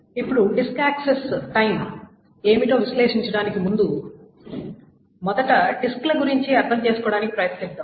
ఇప్పుడు disk access సమయాలు ఏమిటో విశ్లేషించడానికి ముందు మొదట డిస్కుల గురించి అర్థం చేసుకోవడానికి ప్రయత్నిద్దాం